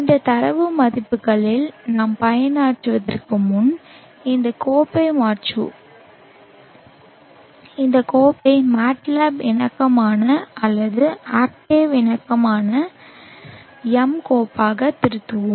இந்த தரவு மதிப்புகளில் நாம் பணியாற்றுவதற்கு முன் இந்த கோப்பை மாற்றுவோம் இந்த கோப்பை MATLAB இணக்கமான அல்லது ஆக்டேவ் இணக்கமான M கோப்பாக திருத்துவோம்